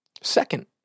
Second